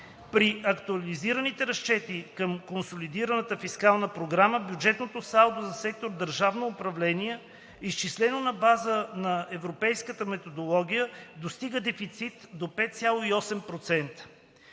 При актуализираните разчети към консолидираната фискална програма бюджетното салдо за сектор „Държавно управление“, изчислено на базата на европейската методология ЕСС 2010, достига дефицит от 5,8%.